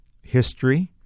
history